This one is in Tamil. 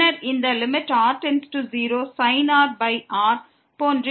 பின்னர் இந்த sin r r போன்று இருக்கும்